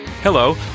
Hello